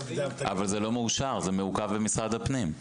--- אבל זה לא מאושר, זה מעוכב במשרד הפנים.